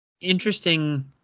interesting